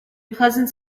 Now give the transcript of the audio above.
pleasant